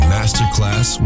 Masterclass